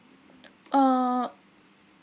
uh